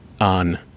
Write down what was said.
on